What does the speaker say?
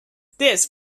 this